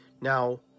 Now